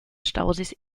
stausees